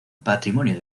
patrimonio